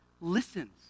listens